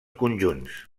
conjunts